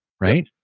right